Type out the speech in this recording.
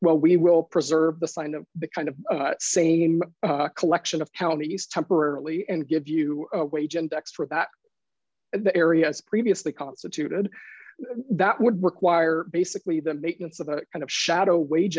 well we will preserve the signed of the kind of same collection of counties temporarily and give you a wage and extra that and the areas previously constituted that would require basically the maintenance of a kind of shadow wage